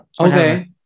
Okay